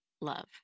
love